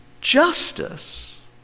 Justice